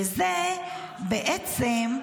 ובעצם,